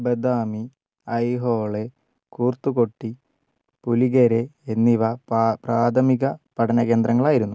ബദാമി ഐഹോളെ കുർത്തുകൊട്ടി പുലിഗെരെ എന്നിവ പാ പ്രാഥമിക പഠനകേന്ദ്രങ്ങളായിരുന്നു